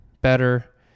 better